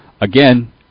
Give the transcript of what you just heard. again